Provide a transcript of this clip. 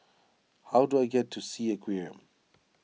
how do I get to Sea Aquarium